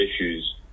issues